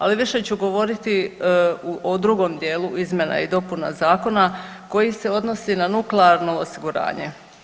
Ali više ću govoriti o drugom dijelu izmjena i dopuna zakona koji se odnosi na nuklearno osiguranje.